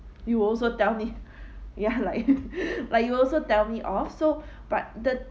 you will also tell me ya like like you also tell me off so but the